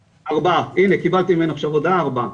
ארבעה, הנה קיבלתי ממנו עכשיו הודעה ארבעה.